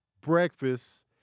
breakfast